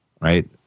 right